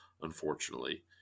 unfortunately